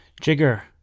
Jigger